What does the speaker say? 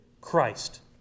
Christ